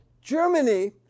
Germany